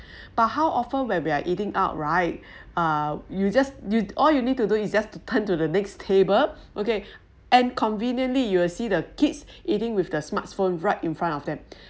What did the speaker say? but how often when we are eating out right uh you just you all you need to do is just to turn to the next table okay and conveniently you will see the kids eating with their smartphone right in front of them